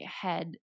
head